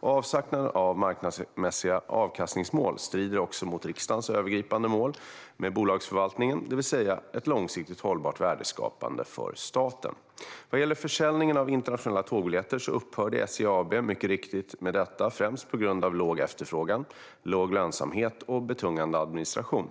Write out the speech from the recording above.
Avsaknad av marknadsmässiga avkastningsmål strider också mot riksdagens övergripande mål med bolagsförvaltningen, det vill säga ett långsiktigt hållbart värdeskapande för staten. Vad gäller försäljningen av internationella tågbiljetter upphörde SJ AB mycket riktigt med detta främst på grund av låg efterfrågan, låg lönsamhet och betungande administration.